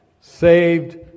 Saved